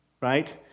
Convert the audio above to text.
right